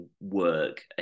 work